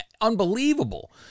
unbelievable